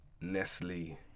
Nestle